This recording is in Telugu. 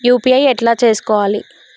యూ.పీ.ఐ ఎట్లా చేసుకోవాలి?